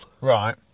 Right